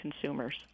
consumers